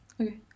Okay